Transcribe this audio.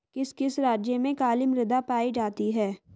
किस किस राज्य में काली मृदा पाई जाती है?